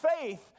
faith